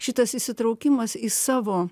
šitas įsitraukimas į savo